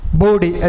body